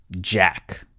jack